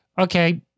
okay